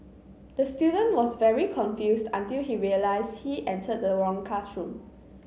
the student was very confused until he realised he entered the wrong classroom